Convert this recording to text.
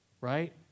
right